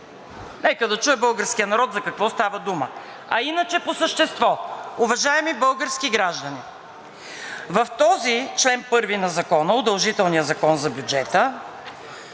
Нека да чуе българският народ за какво става дума. А иначе по същество. Уважаеми български граждани, в този чл. 1 на Закона – удължителния закон за бюджета,